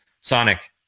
Sonic